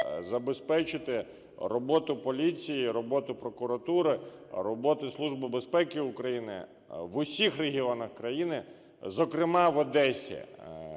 забезпечити роботу поліції, роботу прокуратуру, роботу Служби безпеки України в усіх регіонах країни, зокрема в Одесі